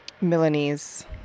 milanese